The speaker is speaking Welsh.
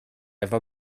efo